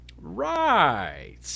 Right